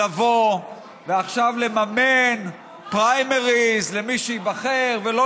לבוא ועכשיו לממן פריימריז למי שייבחר ולא